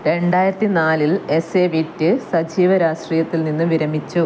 രണ്ടായിരത്തി നാലിൽ എസെവിറ്റ് സജീവ രാഷ്ട്രീയത്തിൽ നിന്ന് വിരമിച്ചു